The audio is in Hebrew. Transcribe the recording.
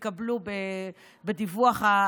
על בסיס דיווחים שהתקבלו בדיווח העסקים,